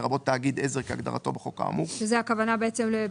לרבות תאגיד עזר כהגדרתו בחוק כאמור," כאן הכוונה ל"בנק,